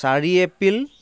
চাৰি এপ্ৰিল